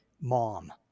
mom